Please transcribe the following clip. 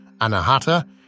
anahata